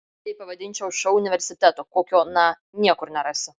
tai pavadinčiau šou universitetu kokio na niekur nerasi